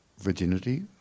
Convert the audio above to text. virginity